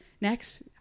Next